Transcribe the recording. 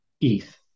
ETH